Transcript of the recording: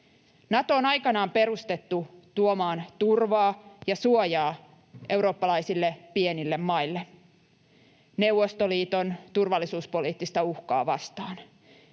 Nato on aikanaan perustettu tuomaan turvaa ja suojaa eurooppalaisille pienille maille Neuvostoliiton turvallisuuspoliittista uhkaa vastaan.